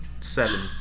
Seven